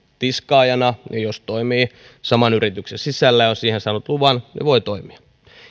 tiskaajana jos toimii saman yrityksen sisällä ja on siihen saanut luvan niin voi toimia